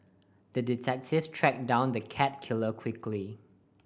the detective tracked down the cat killer quickly